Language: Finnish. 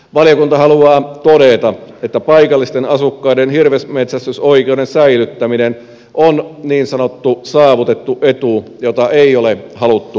valiokunta haluaa todeta että paikallisten asukkaiden hirvenmetsästysoikeuden säilyttäminen on niin sanottu saavutettu etu jota ei ole haluttu poistaa